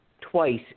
twice